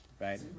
right